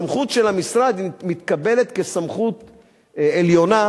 הסמכות של המשרד מתקבלת כסמכות עליונה,